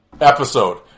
episode